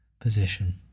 position